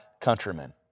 countrymen